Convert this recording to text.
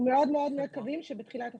אנחנו מאוד מאוד מקווים שבתחילת החודש.